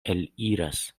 eliras